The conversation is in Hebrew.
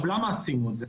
למה עשינו את זה?